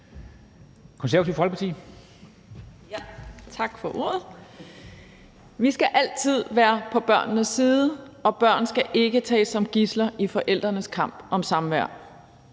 Vi skal altid være på børnenes side, og børn skal ikke tages som gidsler i forældrenes kamp om samvær.